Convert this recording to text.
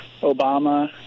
Obama